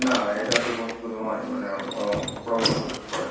না এটা তো পসিবল নয় মানে প্রবলেম হবে পরে